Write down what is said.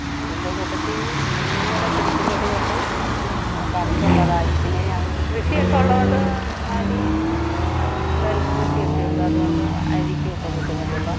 അതിന്റെ കൂട്ടത്തിൽ മീനും കൂടെ പിടിക്കുന്നതുകൊണ്ട് കറിക്ക് ഉള്ളതായി പിന്നെ ഞങ്ങൾക്ക് കൃഷി ഒക്കെ ഉള്ളതുകൊണ്ട് അരി നെൽകൃഷി ഒക്കെ ഒണ്ട് അതുകൊണ്ട് അരിക്കൊക്കെ ബുദ്ധിമുട്ടില്ല